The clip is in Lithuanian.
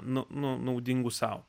naudingų sau